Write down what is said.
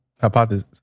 Hypothesis